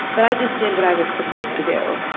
but i just did what i was supposed to do.